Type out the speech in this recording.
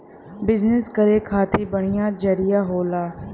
business करे खातिर बढ़िया जरिया होला